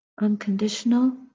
unconditional